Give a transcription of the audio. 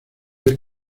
del